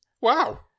Wow